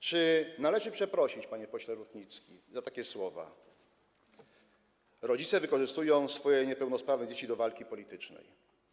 Czy należy przeprosić, panie pośle Rutnicki, za takie słowa: Rodzice wykorzystują swoje niepełnosprawne dzieci do walki politycznej?